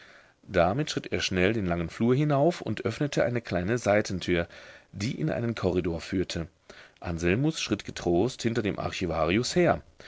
damit schritt er schnell den langen flur hinauf und öffnete eine kleine seitentür die in einen korridor führte anselmus schritt getrost hinter dem archivarius her